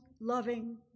loving